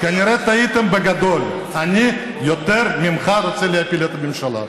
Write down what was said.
לא, אתה לא חוליה חלשה.